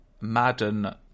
Madden